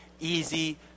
easy